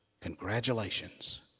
Congratulations